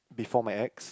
before my ex